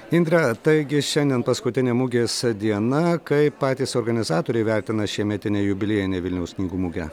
indre taigi šiandien paskutinė mugės diena kai patys organizatoriai vertina šiemetinę jubiliejinę vilniaus knygų mugę